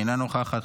אינה נוכחת,